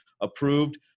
approved